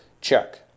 check